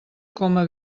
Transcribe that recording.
coma